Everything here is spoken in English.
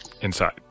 inside